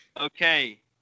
Okay